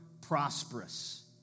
prosperous